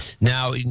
Now